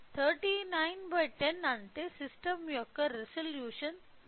3910 అంటే సిస్టమ్ యొక్క రిజల్యూషన్ 3